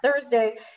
Thursday